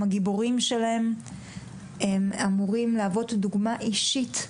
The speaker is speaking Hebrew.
הם הגיבורים שלהם, הם אמורים להוות דוגמה אישית,